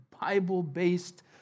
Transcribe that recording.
Bible-based